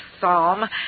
psalm